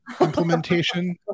implementation